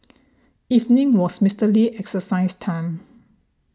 evening was Mister Lee's exercise time